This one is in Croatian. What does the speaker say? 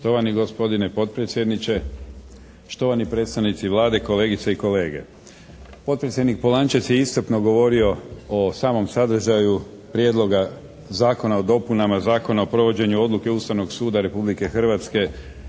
Štovani gospodine potpredsjedniče, štovani predstavnici Vlade, kolegice i kolege. Potpredsjednik Polančec je iscrpno govorio o samom sadržaju Prijedloga zakona o dopunama Zakona o provođenju Odluke Ustavnog suda Republike Hrvatske